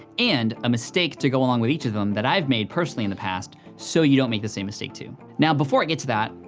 and, a mistake to go along with each of them that i've made, personally, in the past, so you don't make the same mistake too. now, before i get to that,